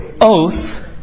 oath